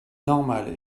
normal